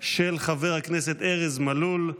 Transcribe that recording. של חבר הכנסת ארז מלול,